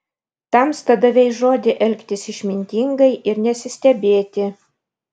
tamsta davei žodį elgtis išmintingai ir nesistebėti